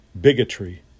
bigotry